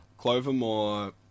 Clovermore